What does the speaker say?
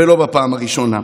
ולא בפעם הראשונה.